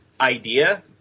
idea